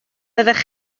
byddech